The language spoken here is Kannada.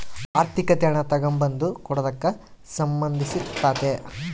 ಆರ್ಥಿಕತೆ ಹಣ ತಗಂಬದು ಕೊಡದಕ್ಕ ಸಂದಂಧಿಸಿರ್ತಾತೆ